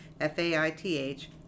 F-A-I-T-H